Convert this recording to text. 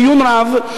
בעיון רב.